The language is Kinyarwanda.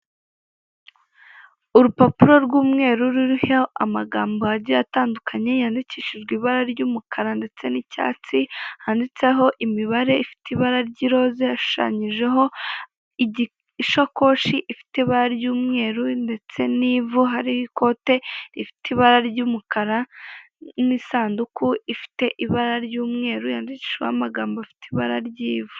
Urupapuro rw'umweru ruriho amagambo agiye atandukanye yandikishijwe ibara ry'umukara ndetse n'icyatsi handitseho imibare ifite ibara ry'iroza yashushanyijeho igisakoshi ifite ibara ry'umweru ndetse n'ivu hari ikote rifite ibara ry'umukara n'isanduku ifite ibara ry'umweru yandikishijweho amagambo afite ibara ry'ivu.